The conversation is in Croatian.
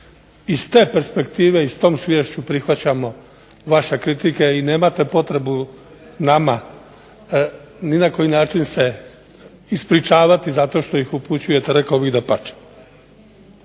I s te perspektive i s tom sviješću prihvaćamo vaše kritike i nemate potrebu nama ni na koji način se ispričavati zato što ih upućujete, rekao bih dapače.